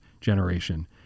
generation